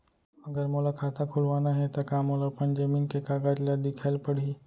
अगर मोला खाता खुलवाना हे त का मोला अपन जमीन के कागज ला दिखएल पढही?